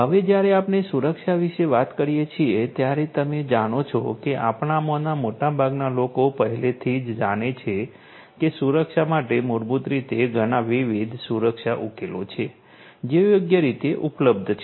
હવે જ્યારે આપણે સુરક્ષા વિશે વાત કરીએ છીએ ત્યારે તમે જાણો છો કે આપણામાંના મોટાભાગના લોકો પહેલેથી જ જાણે છે કે સુરક્ષા માટે મૂળભૂત રીતે ઘણાં વિવિધ સુરક્ષા ઉકેલો છે જે યોગ્ય રીતે ઉપલબ્ધ છે